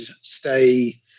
stay